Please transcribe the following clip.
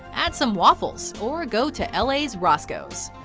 add some waffles or go to la's roscoe's.